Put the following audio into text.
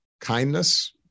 kindness